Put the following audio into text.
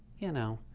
you know.